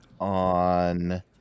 on